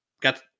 Got